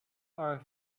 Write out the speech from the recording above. are